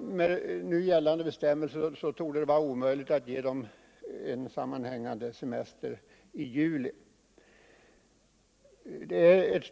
Med nu gällande bestämmelser torde det vara omöjligt att ge dem en sammanhängande semester under juli. Denna ordning är inte tillfredsställande.